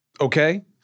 okay